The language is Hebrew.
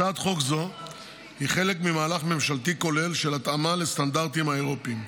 הצעת חוק זו היא חלק ממהלך ממשלתי כולל של התאמה לסטנדרטים האירופיים,